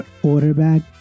quarterback